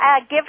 Give